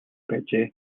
байжээ